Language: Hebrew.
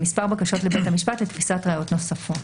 מספר בקשות לבית המשפט לתפיסת ראיות נוספות.